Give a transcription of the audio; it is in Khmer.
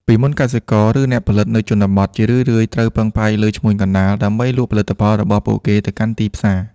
ពីមុន កសិករ ឬអ្នកផលិតនៅជនបទជារឿយៗត្រូវពឹងផ្អែកលើ ឈ្មួញកណ្ដាល ដើម្បីលក់ផលិតផលរបស់ពួកគេទៅកាន់ទីផ្សារ។